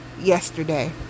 yesterday